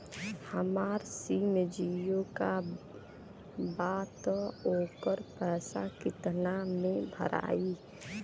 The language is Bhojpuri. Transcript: हमार सिम जीओ का बा त ओकर पैसा कितना मे भराई?